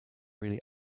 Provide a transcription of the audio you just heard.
really